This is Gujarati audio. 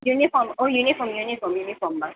uniform oh uniform uniform યુનિફોર્મમાં